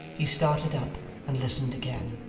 he started up, and listened again.